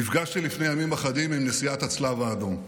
נפגשתי לפני ימים אחדים עם נשיאת הצלב האדום,